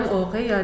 okay